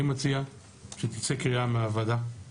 אני מציע שתצא קריאה מהוועדה